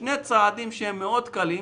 שני צעדים שהם מאוד קלים,